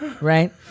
right